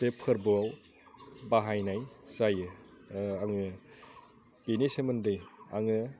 बे फोरबोआव बाहायनाय जायो आङो बिनि सोमोन्दै आङो